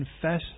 confess